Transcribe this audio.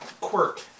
Quirk